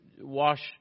wash